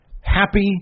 happy